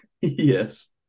Yes